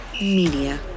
Media